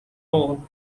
all